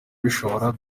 bishoboka